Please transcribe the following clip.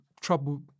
trouble